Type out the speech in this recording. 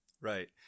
Right